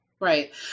Right